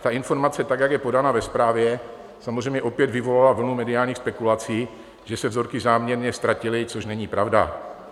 Ta informace tak, jak je podána ve zprávě, samozřejmě opět vyvolala vlnu mediálních spekulací, že se vzorky záměrně ztratily, což není pravda.